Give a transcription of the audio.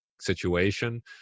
situation